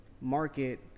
market